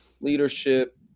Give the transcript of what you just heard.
Leadership